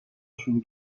شروع